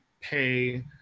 pay